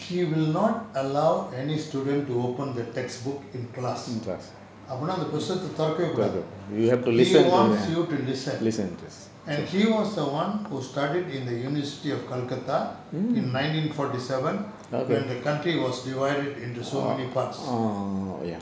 he will not allow any student to open the textbook in class அப்படின்னா அந்த புஸ்தகத்தை தொறக்கவே கூடாது:appadinna antha pusthahathai thorakkave koodathu he wants you to listen and he was the one who studied in the university of kolkata in nineteen forty seven when the country was divided into so many parts